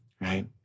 Right